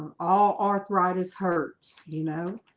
all arthritis hurts, you know